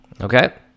Okay